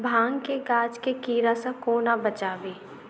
भांग केँ गाछ केँ कीड़ा सऽ कोना बचाबी?